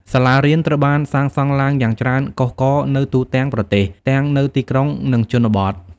សាលារៀន ត្រូវបានសាងសង់ឡើងយ៉ាងច្រើនកុះករនៅទូទាំងប្រទេស ទាំងនៅទីក្រុង និងជនបទ។